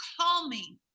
calming